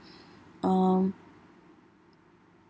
um